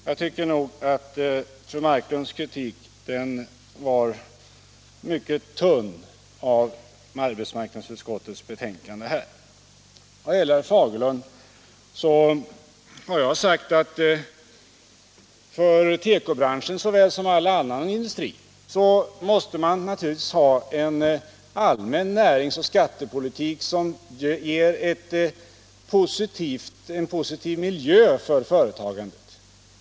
— Jag tycker att fru Marklunds kritik av arbetsmarknadsutskottets betänkande var mycket tunn. För herr Fagerlund vill jag framhålla att jag har sagt att man naturligtvis — för tekobranschen såväl som för all annan industri — måste ha en allmän näringsoch skattepolitik som ger en positiv miljö för företagen.